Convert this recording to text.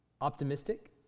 Optimistic